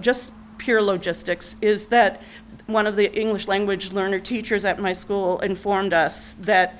just pure low just sticks is that one of the english language learner teachers at my school informed us that